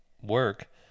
work